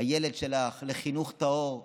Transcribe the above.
הילד שלך, לחינוך טהור וזך.